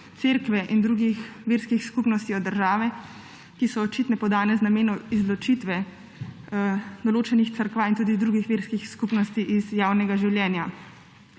Cerkve in drugih verskih skupnosti od države, ki so očitno podane z namenom izločitve določenih cerkva in tudi drugih verskih skupnosti iz javnega življenja.